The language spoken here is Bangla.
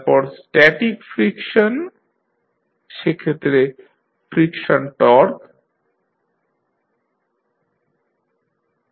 তারপর স্ট্যাটিক ফ্রিকশন সেক্ষেত্রে ফ্রিকশন টর্ক Tt±Fs